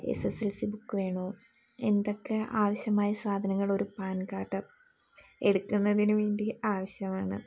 S S L C book വേണോ എന്തൊക്കെ ആവശ്യമായ സാധനങ്ങൾ ഒരു പാൻ കാർഡ് എടുക്കുന്നതിനുവേണ്ടി ആവശ്യമാണ്